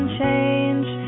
change